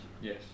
Yes